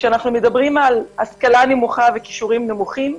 כשמדברים על השכלה נמוכה וכישורים נמוכים,